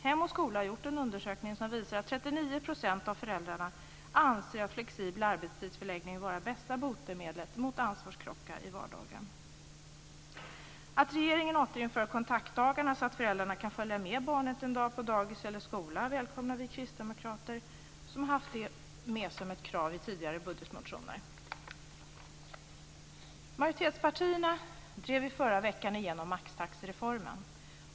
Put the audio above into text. Hem och skola har gjort en undersökning som visar att 39 % av föräldrarna anser att flexibel arbetstidsförläggning är det bästa botemedlet mot ansvarskrockar i vardagen. Att regeringen återinför kontaktdagarna, så att föräldrarna kan följa med barnet en dag på dagis eller skola, välkomnar vi kristdemokrater som har haft det med som ett krav i tidigare budgetmotioner. Majoritetspartierna drev i förra veckan igenom maxtaxereformen.